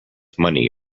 money